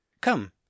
come